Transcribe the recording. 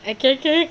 okay okay